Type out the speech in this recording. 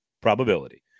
probability